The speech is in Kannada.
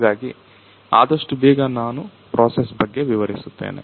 ಹಾಗಾಗಿ ಆದಷ್ಟು ಬೇಗ ನಾನು ಪ್ರೋಸೆಸ್ ಬಗ್ಗೆ ವಿವರಿಸುತ್ತೇನೆ